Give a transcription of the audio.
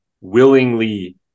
willingly